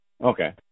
Okay